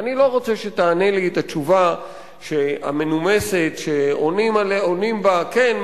ואני לא רוצה שתענה לי את התשובה המנומסת שעונים בה: כן,